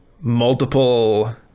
multiple